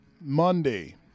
Monday